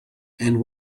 and